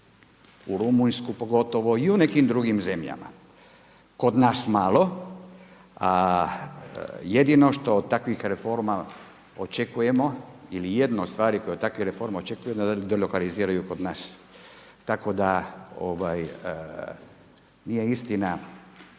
u Rumunjsku pogotovo i u nekim drugim zemljama. Kod nas malo, a jedino što takvih reforma očekujemo ili jednu od stvari koje od takvih reformi očekujemo je da delokaliziraju kod nas. Tako da nije istina